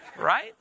Right